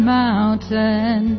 mountain